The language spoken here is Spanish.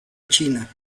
china